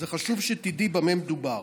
זה חשוב שתדעי במה מדובר.